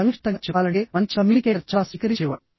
సంక్షిప్తంగా చెప్పాలంటే మంచి కమ్యూనికేటర్ చాలా స్వీకరించేవాడు